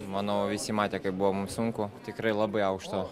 manau visi matė kaip buvo mum sunku tikrai labai aukšto